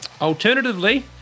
Alternatively